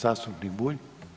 Zastupnik Bulj.